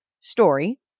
story